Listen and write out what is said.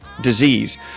disease